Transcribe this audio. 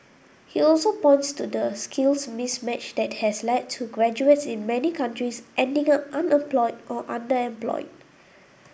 he also points to the skills mismatch that has led to graduates in many countries ending up unemployed or underemployed